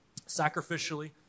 sacrificially